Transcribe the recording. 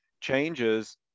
changes